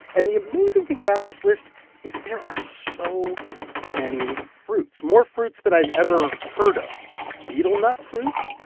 and the amazing thing about this list is there are so many fruits more fruits than i've ever heard of beetle nut fruit.